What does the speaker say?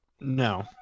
No